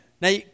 Now